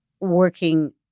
working